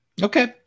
Okay